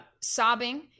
sobbing